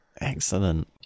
excellent